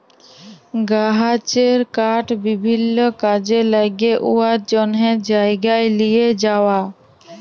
গাহাচের কাঠ বিভিল্ল্য কাজে ল্যাগে উয়ার জ্যনহে জায়গায় লিঁয়ে যাউয়া